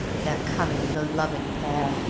they're coming, the loving pair.